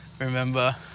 Remember